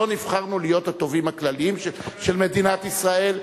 לא נבחרנו להיות התובעים הכלליים של מדינת ישראל.